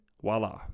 voila